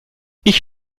ich